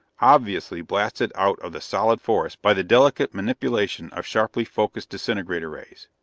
obviously blasted out of the solid forest by the delicate manipulation of sharply focused disintegrator rays.